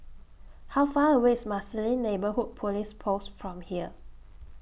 How Far away IS Marsiling Neighbourhood Police Post from here